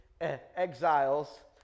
exiles